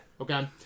Okay